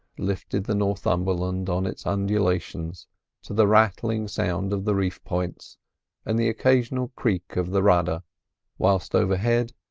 lifted the northumberland on its undulations to the rattling sound of the reef points and the occasional creak of the rudder whilst overhead,